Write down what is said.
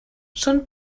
són